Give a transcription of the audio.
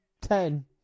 Ten